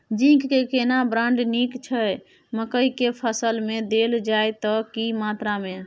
Zinc के केना brand नीक छैय मकई के फसल में देल जाए त की मात्रा में?